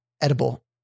edible